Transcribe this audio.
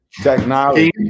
Technology